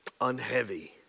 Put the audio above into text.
unheavy